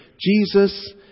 Jesus